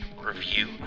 review